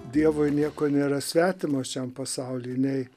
dievui nieko nėra svetimo šiam pasauly nei